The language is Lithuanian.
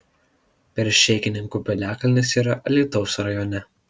peršėkininkų piliakalnis yra alytaus rajone